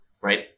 right